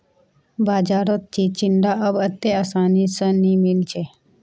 बाजारत चिचिण्डा अब अत्ते आसानी स नइ मिल छेक